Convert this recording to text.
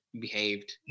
behaved